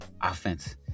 offense